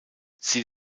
sie